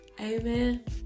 Amen